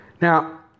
Now